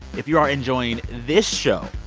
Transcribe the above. if you are enjoying this show,